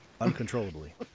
Uncontrollably